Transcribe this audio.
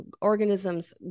organisms